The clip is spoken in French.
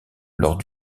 lors